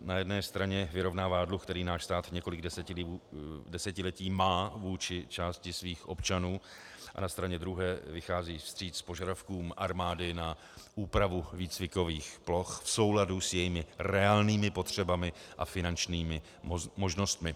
Na jedné straně vyrovnává dluh, který náš stát několik desetiletí má vůči části svých občanů, a na straně druhé vychází vstříc požadavkům armády na úpravu výcvikových ploch v souladu s jejími reálnými potřebami a finančními možnostmi.